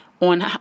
on